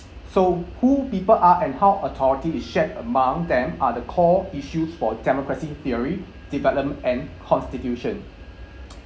so who people are and how authority is shared among them are the core issues for democracy theory development and constitution